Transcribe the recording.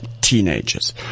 Teenagers